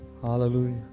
Hallelujah